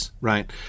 right